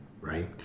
right